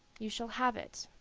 you shall have it.